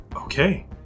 Okay